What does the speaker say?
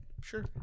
Sure